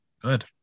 good